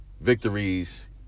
victories